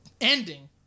ending